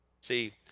See